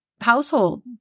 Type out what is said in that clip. household